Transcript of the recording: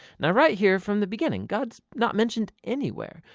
now right here, from the beginning, god's not mentioned anywhere,